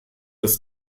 dass